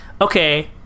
Okay